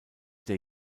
der